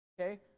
okay